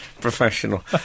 professional